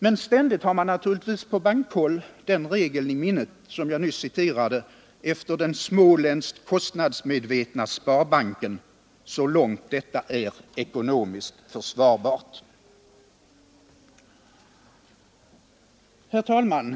Men ständigt har man naturligtvis på bankhåll den regel i minnet som jag nyss citerade efter den småländskt kostnadsmedvetna sparbanken: ”så långt detta är ekonomiskt försvarbart”. Herr talman!